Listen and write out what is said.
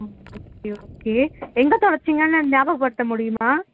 ம் ம் okay okay எங்கே தொலைச்சிங்கன்னு ஞாபகப்படுத்த முடியுமா